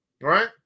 Right